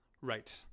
Right